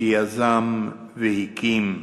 שהוא יזם והקים.